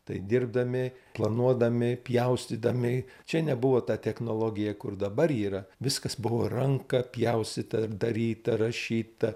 tai dirbdami planuodami pjaustydami čia nebuvo ta technologija kur dabar yra viskas buvo ranka pjaustyta daryta rašyta